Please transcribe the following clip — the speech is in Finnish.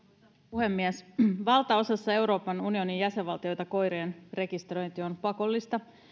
puhemies valtaosassa euroopan unionin jäsenvaltioita koirien rekisteröinti on pakollista